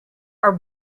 are